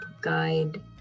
guide